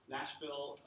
Nashville